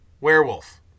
werewolf